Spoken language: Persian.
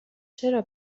چرا